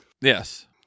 Yes